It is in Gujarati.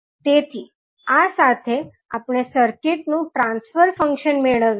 તેથી આ સાથે આપણે આ સર્કિટ નું ટ્રાન્સફર ફંક્શન મેળવીએ છીએ